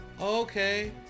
Okay